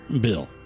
Bill